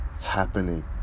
happening